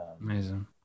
amazing